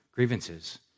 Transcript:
Grievances